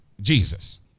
jesus